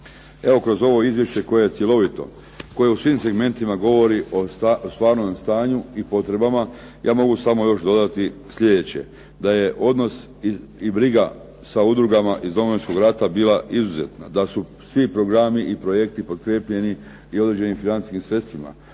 Evo kroz ovo izvješće koje je cjelovito, koje u svim segmentima govori o stvarnom stanju i potrebama ja mogu samo još dodati sljedeće, da je odnos i briga sa udrugama iz Domovinskog rata bila izuzetna, da su svi programi i projekti podkrijepljeni i određenim financijskim sredstvima,